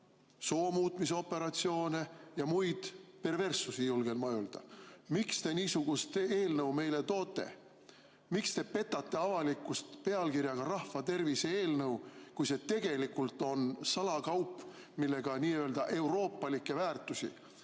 soomuutmise operatsioone ja muid perverssusi, julgen ma öelda. Miks te niisuguse eelnõu meile toote? Miks te petate avalikkust pealkirjaga "Rahvatervis[hoiu seadus]e eelnõu", kui see tegelikult on salakaup, millega nii-öelda euroopalikke väärtusi